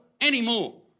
anymore